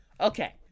Okay